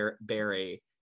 Barry